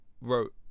wrote